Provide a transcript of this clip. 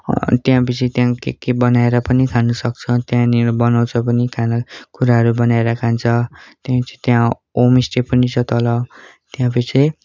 त्यसपछि त्यहाँ के के बनाएर पनि खानु सक्छ त्यहाँनिर बनाउँछ पनि खानेकुराहरू बनाएर खान्छ त्यसपछि त्यहाँ होमस्टे पनि छ तल त्यसपछि